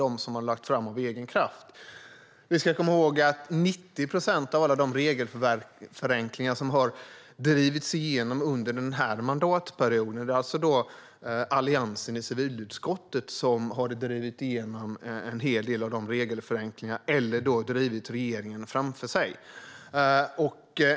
Vi ska komma ihåg att när det gäller 90 procent av alla de regelförenklingar som har drivits igenom under denna mandatperiod är det Alliansen i civilutskottet som har drivit igenom dem eller drivit igenom dem genom att driva på regeringen.